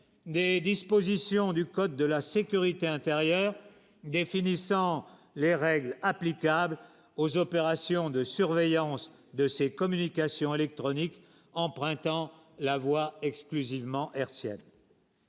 des dispositions du code de la sécurité intérieure défini. Sans les règles applicables aux opérations de surveillance de ses communications électroniques empruntant la voie exclusivement air tiède.